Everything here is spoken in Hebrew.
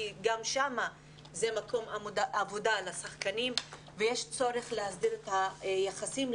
כי גם שם זה מקום עבודה לשחקנים ויש צורך להסדיר את היחסים,